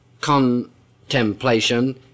contemplation